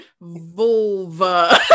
vulva